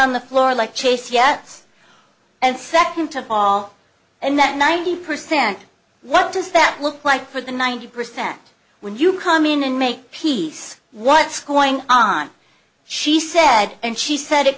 on the floor like chase yes and second of all and that ninety percent what does that look like for the ninety percent when you come in and make peace what's going on she said and she said it